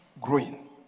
growing